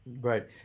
right